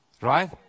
right